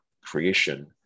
creation